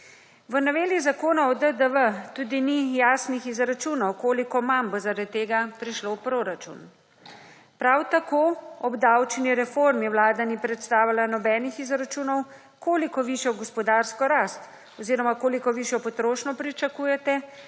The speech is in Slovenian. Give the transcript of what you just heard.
V noveli Zakona o DDV tudi ni jasnih izračunov, koliko manj bo zaradi tega prišlo v proračun. Prav tako v obdavčeni reformi(?) Vlada ni predstavila nobenih izračunov, koliko višjo gospodarsko rast oziroma koliko višjo potrošnjo pričakujete,